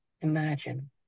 imagine